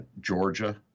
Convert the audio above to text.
Georgia